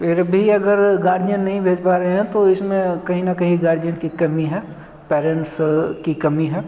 फिर भी अगर गार्जियन नहीं भेज पा रहे हैं तो इसमें कहीं ना कहीं गार्जियन की कमी है पेरेंट्स की कमी है